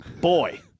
Boy